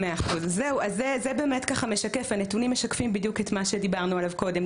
הנתונים משקפים בדיוק את מה שדיברנו עליו קודם,